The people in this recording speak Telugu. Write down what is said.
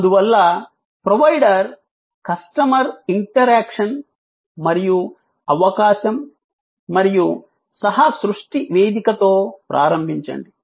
అందువల్ల ప్రొవైడర్ కస్టమర్ ఇంటరాక్షన్ మరియు అవకాశం మరియు సహ సృష్టి వేదికతో ప్రారంభించండి